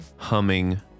humming